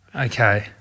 Okay